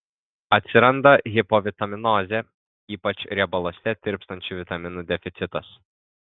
atsiranda hipovitaminozė ypač riebaluose tirpstančių vitaminų deficitas